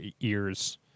ears